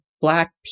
Black